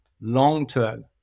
long-term